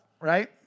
right